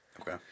Okay